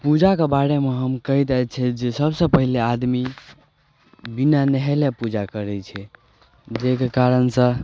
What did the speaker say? पूजाके बारेमे हम कहि दै छी जे सबसँ पहिले आदमी बिना नहेले पूजा करै छै जाहिके कारणसँ